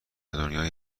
دنیای